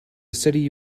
city